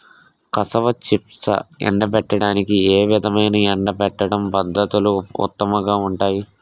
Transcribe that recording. Cassava చిప్స్ను ఎండబెట్టడానికి ఏ విధమైన ఎండబెట్టడం పద్ధతులు ఉత్తమంగా ఉంటాయి?